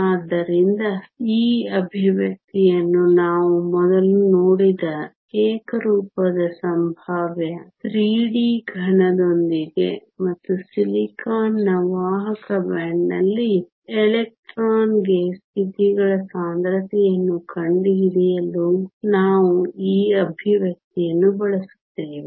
ಆದ್ದರಿಂದ ಈ ಎಕ್ಸ್ಪ್ರೆಶನ್ ಅನ್ನು ನಾವು ಮೊದಲು ನೋಡಿದ ಏಕರೂಪದ ಸಂಭಾವ್ಯ 3D ಘನದೊಂದಿಗೆ ಮತ್ತು ಸಿಲಿಕಾನ್ನ ವಾಹಕ ಬ್ಯಾಂಡ್ನಲ್ಲಿ ಎಲೆಕ್ಟ್ರಾನ್ಗೆ ಸ್ಥಿತಿಗಳ ಸಾಂದ್ರತೆಯನ್ನು ಕಂಡುಹಿಡಿಯಲು ನಾವು ಆ ಎಕ್ಸ್ಪ್ರೆಶನ್ ಯನ್ನು ಬಳಸುತ್ತೇವೆ